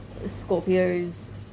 Scorpios